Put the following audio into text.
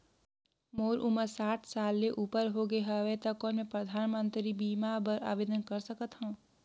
मोर उमर साठ साल ले उपर हो गे हवय त कौन मैं परधानमंतरी बीमा बर आवेदन कर सकथव?